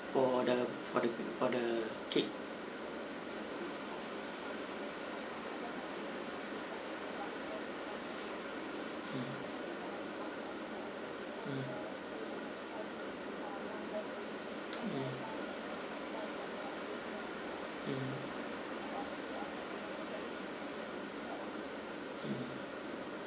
for the for the kid mmhmm mm mm mm mm